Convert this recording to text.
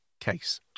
case